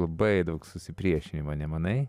labai daug susipriešinimo nemanai